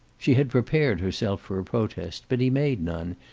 she had prepared herself for a protest, but he made none,